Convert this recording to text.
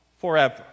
forever